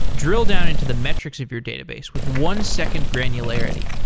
drill down into the metrics of your database with one second granularity.